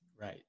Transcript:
Right